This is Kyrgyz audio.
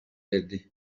берди